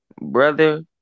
brother